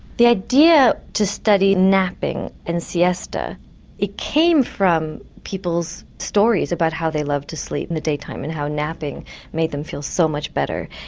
the idea to study napping and siesta it came from people's stories about how they loved to sleep in the daytime and how napping made them feel so much better.